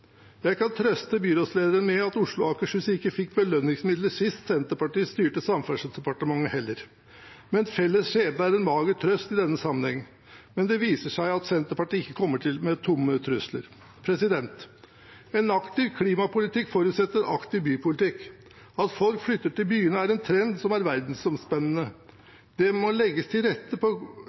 Jeg kan trøste byrådslederen med at Oslo og Akershus ikke fikk belønningsmidler sist Senterpartiet styrte Samferdselsdepartementet, heller. Men felles skjebne er en mager trøst i denne sammenhengen når det viser seg at Senterpartiet ikke kommer med tomme trusler. En aktiv klimapolitikk forutsetter en aktiv bypolitikk. At folk flytter til byene, er en trend som er verdensomspennende. Det må legges til rette